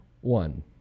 one